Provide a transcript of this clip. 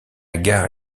gare